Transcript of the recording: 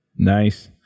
nice